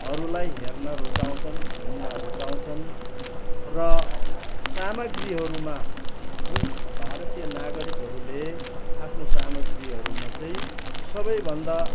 हरूलाई हेर्न रुचाउँछन् घुम्न रुचाउँछन् र सामाग्रीहरूमा जुन भारतीय नागरिकहरूले आफ्नो सामाग्रीहरूमा चाहिँ सबैभन्दा